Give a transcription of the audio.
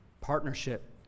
partnership